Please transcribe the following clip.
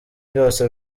byose